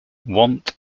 want